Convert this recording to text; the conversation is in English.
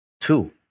two